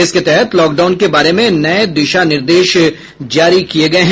इसके तहत लॉकडाउन के बारे में नए दिशा निर्देश जारी किए गये हैं